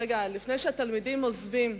רגע, לפני שהתלמידים עוזבים,